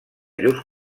llurs